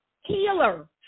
healer